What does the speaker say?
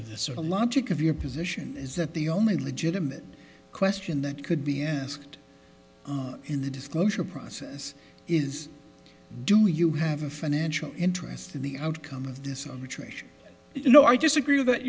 of the sort of logic of your position is that the only legitimate question that could be asked in the disclosure process is do you have a financial interest in the outcome of this of attrition you know i disagree with